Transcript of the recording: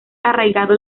arraigado